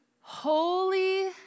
Holy